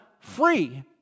Free